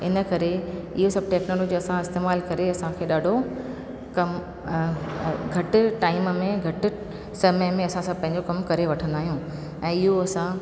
इन करे इहे सभु टेक्नोलॉजी असां इस्तेमाल करे असांखे ॾाढो कम घटि टाइम में घटि समय में असां सभु पंहिंजो कम करे वठंदा आहियूं ऐं इहो असां